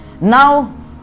now